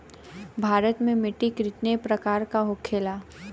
भारत में मिट्टी कितने प्रकार का होखे ला?